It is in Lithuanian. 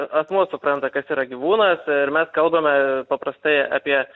asmuo supranta kas yra gyvūnas ir mes kalbame paprastai apie